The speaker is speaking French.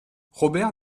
robert